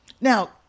now